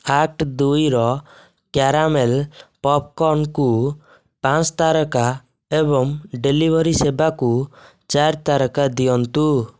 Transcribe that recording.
act ଦୁଇର caramel ପପ୍କର୍ଣ୍ଣ୍କୁ ପାଞ୍ଚ ତାରକା ଏବଂ ଡେଲିଭରି ସେବାକୁ ଚାରି ତାରକା ଦିଅନ୍ତୁ